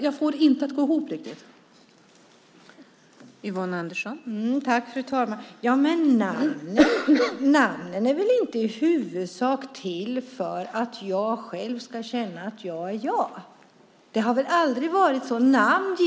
Jag får inte riktigt detta att gå ihop.